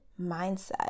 mindset